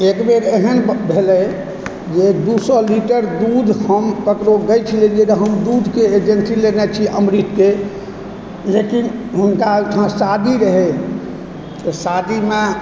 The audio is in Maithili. एक बेर एहन भेलय जे दू सए लीटर दूध हम ककरो गछि लेलियै रह हम दूधके एजेन्सी लेने छी अमृतके लेकिन हुनका ओहिठाम शादी रहय ओ शादीमे